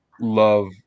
love